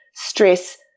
Stress